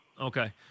Okay